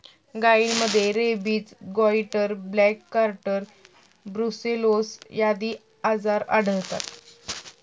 गायींमध्ये rabies, goitre, black quarter, brucellosis आदी आजार आढळतात